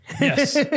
Yes